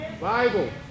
Bible